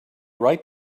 right